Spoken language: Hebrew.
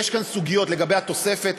יש כאן סוגיות לגבי התוספת,